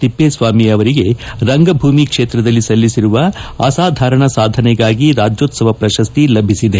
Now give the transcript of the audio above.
ತಿಪ್ಪೇಸ್ವಾಮಿ ಅವರಿಗೆ ರಂಗಭೂಮಿ ಕ್ಷೇತ್ರದಲ್ಲಿ ಸಲ್ಲಿಸಿರುವ ಅಸಾಧರಣಾ ಸಾಧನೆಗಾಗಿ ರಾಜ್ಣೋತ್ಸವ ಪ್ರಶಸ್ತಿ ಲಭಿಸಿದೆ